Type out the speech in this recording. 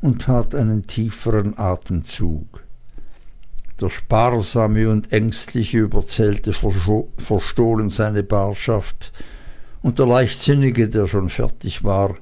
und tat einen tiefern atemzug der sparsame und ängstliche überzählte verstohlen seine barschaft und der leichtsinnige der schon fertig war